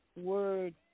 Word